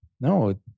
no